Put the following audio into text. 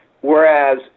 Whereas